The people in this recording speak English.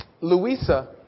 Louisa